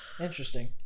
Interesting